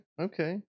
okay